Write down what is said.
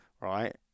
right